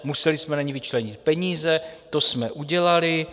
Museli jsme na ni vyčlenit peníze, to jsme udělali.